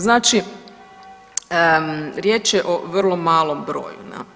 Znači riječ je o vrlo malom broju.